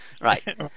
Right